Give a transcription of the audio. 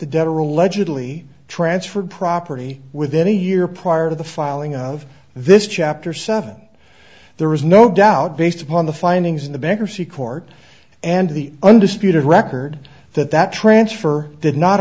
allegedly transferred property within a year prior to the filing of this chapter seven there is no doubt based upon the findings in the bankruptcy court and the undisputed record that that transfer did not